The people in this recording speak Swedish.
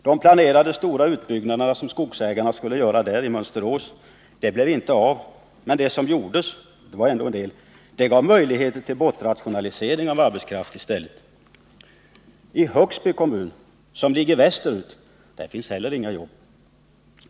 De planerade stora utbyggnader som Södra Skogsägarna skulle göra i Mönsterås blev inte av, och det som gjordes — det var ändå en del — gav möjligheter till bortrationalisering av arbetskraft i stället. I Högsby kommun, som ligger västerut, finns heller inga jobb.